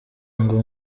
ngo